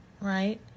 right